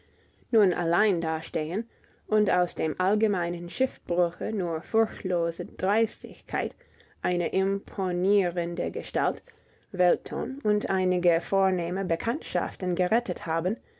nun allein dastehen und aus dem allgemeinen schiffbruche nur furchtlose dreistigkeit eine imponierende gestalt weltton und einige vornehme bekanntschaften gerettet haben